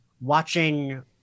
watching